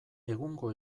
egungo